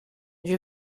age